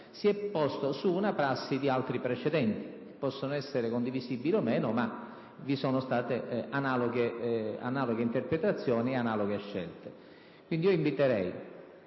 si è posto su una prassi di altri precedenti: possono essere condivisibili o meno, ma vi sono state analoghe interpretazioni e scelte. Quindi, inviterei